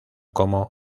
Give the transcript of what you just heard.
como